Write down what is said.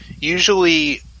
Usually